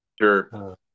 Sure